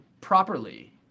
properly